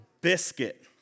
Biscuit